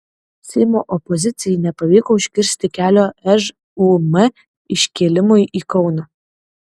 seimo opozicijai nepavyko užkirsti kelio žūm iškėlimui į kauną